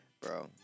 bro